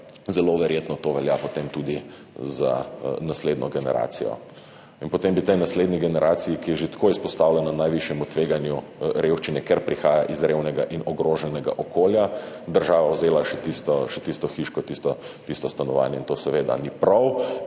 zelo verjetno to velja potem tudi za naslednjo generacijo. In potem bi tej naslednji generaciji, ki je že tako izpostavljena najvišjemu tveganju revščine, ker prihaja iz revnega in ogroženega okolja, država vzela še tisto hiško, tisto stanovanje. To seveda ni prav